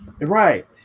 Right